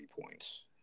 points